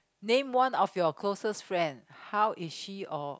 name one of your closest friend how is she or